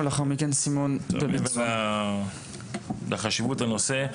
אני מבין את חשיבות הנושא.